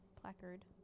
placard